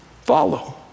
follow